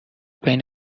بین